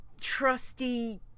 trusty